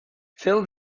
fill